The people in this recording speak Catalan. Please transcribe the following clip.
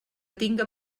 tinga